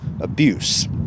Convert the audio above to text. abuse